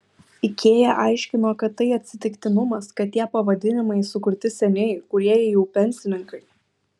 ikea aiškino kad tai atsitiktinumas kad tie pavadinimai sukurti seniai kūrėjai jau pensininkai